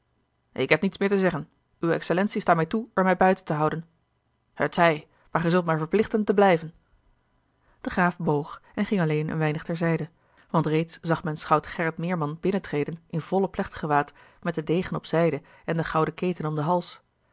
ik heb niets meer te zeggen uwe excellentie sta mij toe er mij buiten te houden het zij zoo maar gij zult mij verplichten te blijven de graaf boog en ging alleen een weinig ter zijde want reeds zag men schout gerrit meerman binnentreden in volle plechtgewaad met den degen op zijde en de gouden keten om den hals